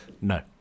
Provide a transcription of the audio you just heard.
No